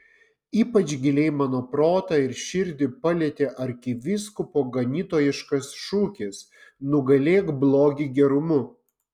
ypač giliai mano protą ir širdį palietė arkivyskupo ganytojiškas šūkis nugalėk blogį gerumu